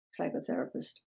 psychotherapist